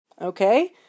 Okay